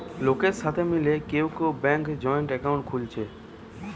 লোকের সাথে মিলে কেউ কেউ ব্যাংকে জয়েন্ট একাউন্ট খুলছে